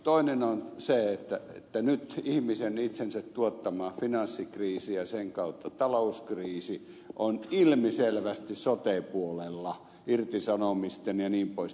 toinen on se että nyt ihmisen itsensä tuottama finanssikriisi ja sen kautta talouskriisi on ilmiselvästi sote puolella irtisanomisten jnp